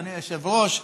אדוני היושב-ראש,